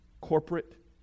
corporate